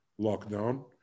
lockdown